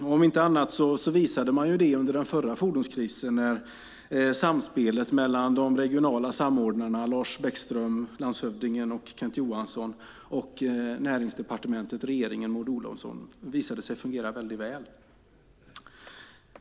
Om inte annat visade man det under den förra fordonskrisen, när samspelet mellan de regionala samordnarna - Lars Bäckström, landshövdingen, och Kent Johansson - och Näringsdepartementet och regeringen med Maud Olofsson visade sig fungera väldigt väl.